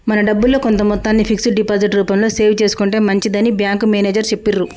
మన డబ్బుల్లో కొంత మొత్తాన్ని ఫిక్స్డ్ డిపాజిట్ రూపంలో సేవ్ చేసుకుంటే మంచిదని బ్యాంకు మేనేజరు చెప్పిర్రు